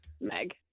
Meg